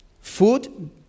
food